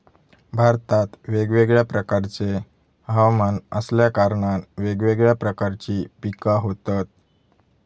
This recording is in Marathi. भारतात वेगवेगळ्या प्रकारचे हवमान असल्या कारणान वेगवेगळ्या प्रकारची पिका होतत